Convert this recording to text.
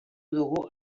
dugu